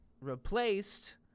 replaced